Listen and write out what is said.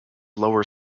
lower